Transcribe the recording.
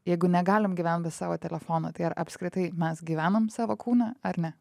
jeigu negalim gyvent be savo telefono tai ar apskritai mes gyvenam savo kūne ar ne